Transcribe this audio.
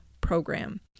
program